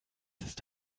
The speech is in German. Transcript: ist